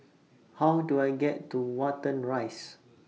How Do I get to Watten Rise